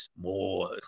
more